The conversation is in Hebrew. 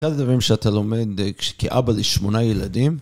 קל זה דברים שאתה לומד כאבא לשמונה ילדים